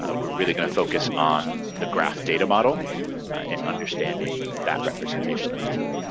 ah we're really gonna focus on the graph data model and understanding that representation of data.